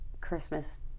Christmas